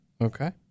Okay